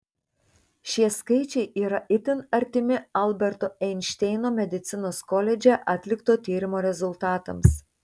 šie skaičiai yra itin artimi alberto einšteino medicinos koledže atlikto tyrimo rezultatams